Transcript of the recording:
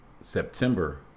september